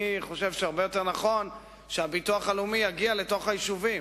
אני חושב שהרבה יותר נכון שהביטוח הלאומי יגיע לתוך היישובים.